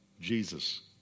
Jesus